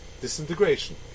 disintegration